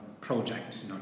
project